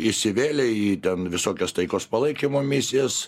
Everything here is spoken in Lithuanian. įsivėlė į ten visokias taikos palaikymo misijas